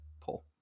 pull